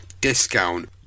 discount